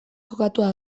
kokatua